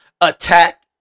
attack